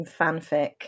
fanfic